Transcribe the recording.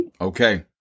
Okay